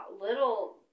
little